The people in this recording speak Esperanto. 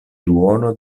duono